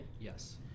Yes